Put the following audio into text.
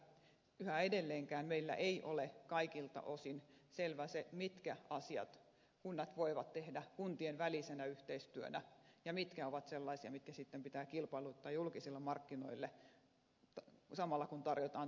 yhä edelleenkään meillä ei ole kaikilta osin selvä se mitkä asiat kunnat voivat tehdä kuntien välisenä yhteistyönä ja mitkä ovat sellaisia mitkä sitten pitää kilpailuttaa julkisille markkinoille samalla kun tarjotaan toisille kunnille